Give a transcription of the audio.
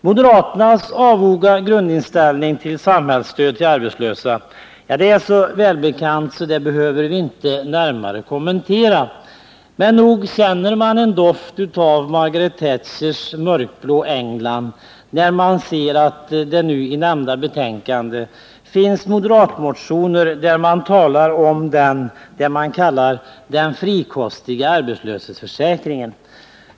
Moderaternas avoga grundinställning till samhällsstöd till arbetslösa är så välbekant att det inte närmare behöver kommenteras. Men nog känner man en doft av Margaret Thatchers mörkblå England, när man ser att det i nu ifrågavarande betänkande finns moderatmotioner där det talas om den frikostiga arbetslöshetsförsäkringen.